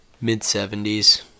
mid-70s